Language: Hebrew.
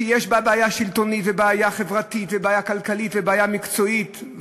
שיש בה בעיה שלטונית ובעיה חברתית ובעיה כלכלית ובעיה מקצועית,